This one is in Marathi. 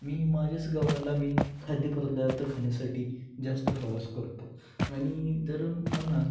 मी माझ्याच गावाला मी खाद्यपदार्थ खाण्यासाठी जास्त प्रवास करतो आणि जर म्हणाल